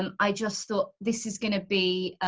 um i just thought this is going to be,